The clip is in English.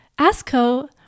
asco